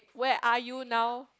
where are you now